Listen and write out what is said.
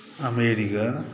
America